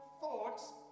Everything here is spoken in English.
thoughts